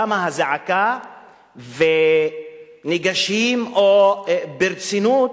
קמה זעקה וניגשים או ברצינות